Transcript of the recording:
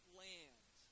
land